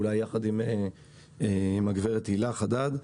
אולי יחד עם גב' הילה חדד.